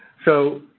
so,